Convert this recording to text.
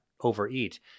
overeat